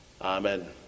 amen